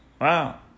wow